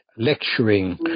lecturing